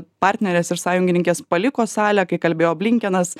partnerės ir sąjungininkės paliko salę kai kalbėjo blinkenas